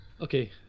Okay